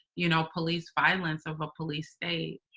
you know, police violence of a police state.